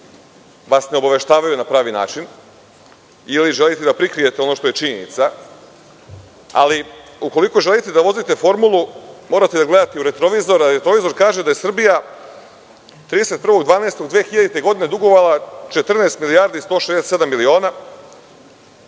vas ne obaveštavaju na pravi način ili želite da prikrijete ono što je činjenica, ali ukoliko želite da vozite formulu, morate da gledate i u retrovizor, a retrovizor kaže da je Srbija 31.12.2000. godine dugovala 14.167.000.000,